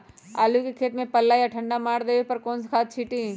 आलू के खेत में पल्ला या ठंडा मार देवे पर कौन खाद छींटी?